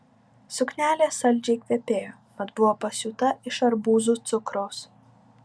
suknelė saldžiai kvepėjo mat buvo pasiūta iš arbūzų cukraus